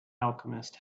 alchemist